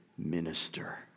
Minister